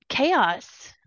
chaos